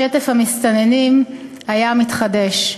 שטף המסתננים היה מתחדש.